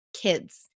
kids